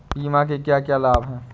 बीमा के क्या क्या लाभ हैं?